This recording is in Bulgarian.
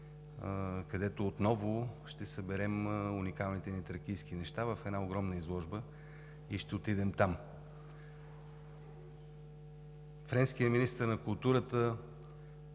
където отново ще съберем уникалните ни тракийски неща в една огромна изложба и ще отидем там. Френският министър на културата